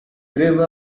grew